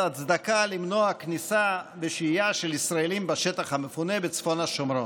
הצדקה למנוע כניסה ושהייה של ישראלים בשטח המפונה בצפון השומרון.